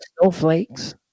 snowflakes